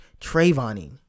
Trayvoning